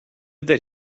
that